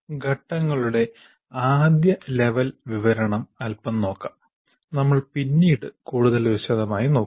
ഘട്ടങ്ങളുടെ ആദ്യ ലെവൽ വിവരണം അൽപം നോക്കാം നമ്മൾ പിന്നീട് കൂടുതൽ വിശദമായി നോക്കും